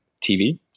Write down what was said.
TV